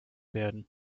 werden